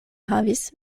havis